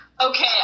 Okay